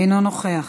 אינו נוכח,